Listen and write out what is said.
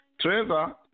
Trevor